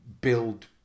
build